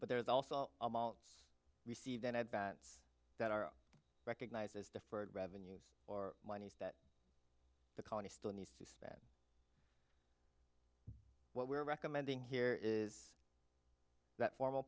but there is also amounts received an advance that are recognized as deferred revenues or monies that the colony still needs to spend what we're recommending here is that formal